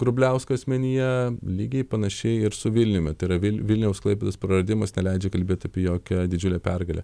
grubliausko asmenyje lygiai panašiai ir su vilniumi tai yra vil vilniaus klaipėdos praradimas neleidžia kalbėt apie jokią didžiulę pergalę